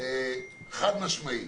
חד משמעית